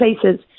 places